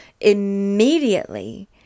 immediately